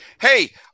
Hey